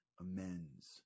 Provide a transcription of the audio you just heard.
amends